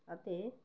তাতে